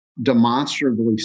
demonstrably